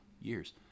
years